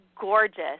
gorgeous